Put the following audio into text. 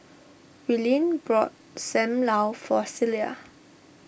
Willene bought Sam Lau for Celia